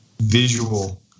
visual